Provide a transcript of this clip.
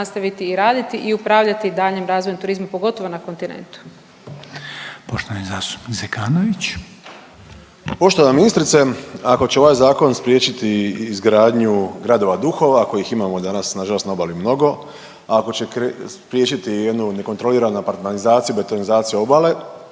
nastaviti i raditi i upravljati daljnjem razvoju turizma pogotovo na kontinentu. **Reiner, Željko (HDZ)** Poštovani zastupnik Zekanović. **Zekanović, Hrvoje (HDS)** Poštovana ministrice ako će ovaj zakon spriječiti izgradnju gradova duhova kojih imamo danas na žalost na obali mnogo, ako će spriječiti jednu nekontroliranu apartmanizaciju, betonizaciju obale